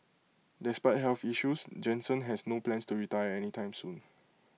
despite health issues Jansen has no plans to retire any time soon